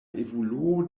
evoluo